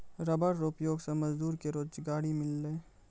rubber रो उपयोग से मजदूर के रोजगारी मिललै